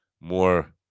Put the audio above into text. more